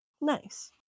Nice